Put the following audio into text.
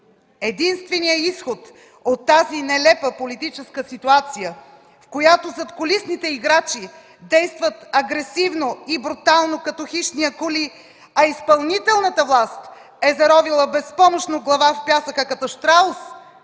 Единственият изход от тази нелепа политическа ситуация, в която задкулисните играчи действат агресивно и брутално като хищни акули, а изпълнителната власт е заровила безпомощно глава в пясъка като щраус,